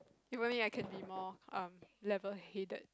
if only I can be more um level headed